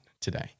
today